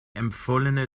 empfohlene